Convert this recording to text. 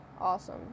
awesome